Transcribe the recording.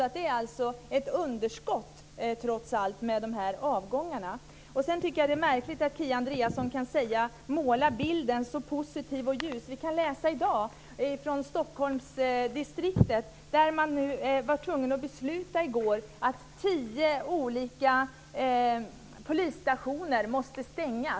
Avgångarna innebär trots allt ett underskott. Det är märkligt att Kia Andreasson kan måla upp en så positiv och ljus bild. Vi kan läsa i dag att man i Stockholmsdistriktet i går var tvungen att besluta att tio polisstationer måste stängas.